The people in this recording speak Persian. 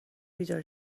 بیدار